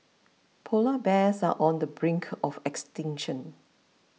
Polar Bears are on the brink of extinction